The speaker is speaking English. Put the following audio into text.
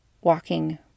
walking